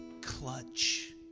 clutch